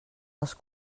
als